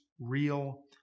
real